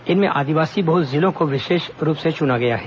इनमें आदिवासी बहुल जिलों को विशेष रूप से चुना गया है